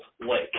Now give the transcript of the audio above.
Lake